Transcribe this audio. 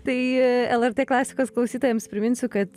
tai lrt klasikos klausytojams priminsiu kad